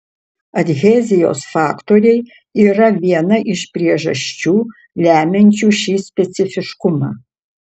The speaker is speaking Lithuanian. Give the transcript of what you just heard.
adhezijos faktoriai yra viena iš priežasčių lemiančių šį specifiškumą